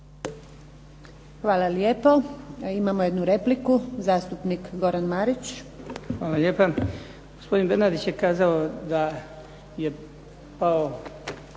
Hvala lijepo. Imamo jednu repliku. Zastupnik Goran Marić. **Marić, Goran (HDZ)** Hvala lijepa. Gospodin Bernardić je kazao da je pao